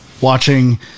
Watching